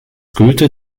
goethe